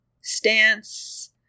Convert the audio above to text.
Stance